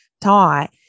taught